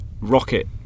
rocket